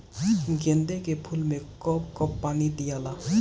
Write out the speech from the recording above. गेंदे के फूल मे कब कब पानी दियाला?